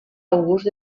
august